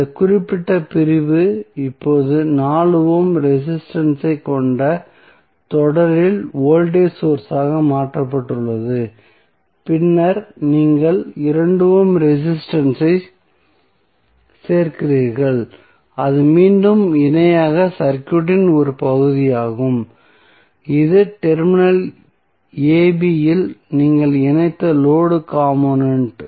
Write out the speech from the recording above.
இந்த குறிப்பிட்ட பிரிவு இப்போது 4 ஓம் ரெசிஸ்டன்ஸ் ஐ கொண்ட தொடரில் வோல்டேஜ் சோர்ஸ் ஆக மாற்றப்பட்டுள்ளது பின்னர் நீங்கள் 2 ஓம் ரெசிஸ்டன்ஸ் ஐச் சேர்க்கிறீர்கள் அது மீண்டும் இணையாக சர்க்யூட்டின் ஒரு பகுதியாகும் இது டெர்மினல் a b இல் நீங்கள் இணைத்த லோடு காம்போனென்ட்